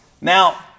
Now